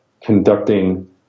conducting